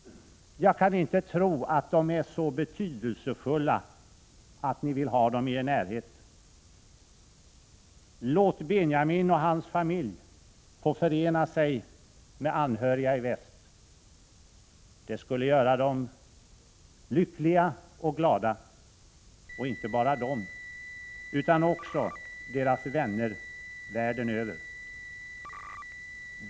Jag kan inte tro att de är så betydelsefulla att ni vill ha dem i er närhet. Låt Benjamin och hans familj få förena sig med anhöriga i väst! Det skulle göra dem lyckliga och glada — och inte bara dem, utan också deras vänner världen över.